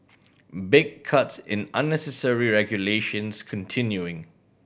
big cuts in unnecessary regulations continuing